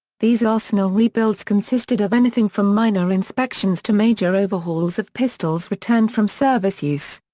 these arsenal rebuilds consisted of anything from minor inspections to major overhauls of pistols returned from service use.